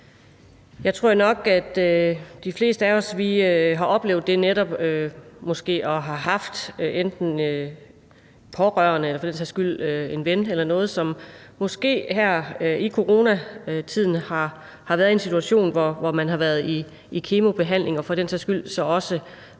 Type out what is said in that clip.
Jeg tror nok, at de fleste af os har oplevet netop det at have haft pårørende eller for den sags skyld en ven eller noget, som måske her i coronatiden har været i en situation, hvor man har været i kemobehandling og for den sags skyld også